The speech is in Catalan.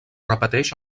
repeteix